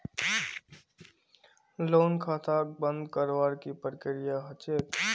loan खाताक बंद करवार की प्रकिया ह छेक